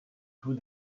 tout